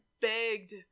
begged